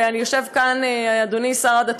ויושב כאן אדוני השר לשירותי דת,